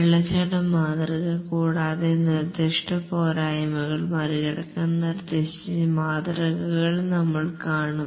waterfall model കൂടാതെ നിർദ്ദിഷ്ട പോരായ്മകൾ മറികടക്കാൻ നിർദ്ദേശിച്ച മാതൃകകൾ നമ്മൾ കാണും